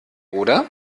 oder